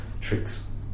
tricks